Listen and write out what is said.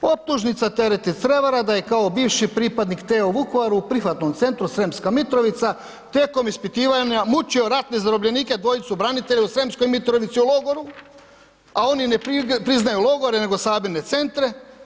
Optužnica tereti Crevara da je kao bivši pripadnik TO Vukovar u Prihvatnom centru Sremska Mitrovica tijekom ispitivanja mučio ratne zarobljenike dvojicu branitelja u Sremskoj Mitrovici u logoru, a oni ne priznaju logore nego sabirne centre.